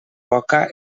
poca